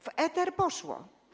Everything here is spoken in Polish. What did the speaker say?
W eter poszło.